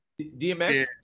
Dmx